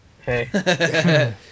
hey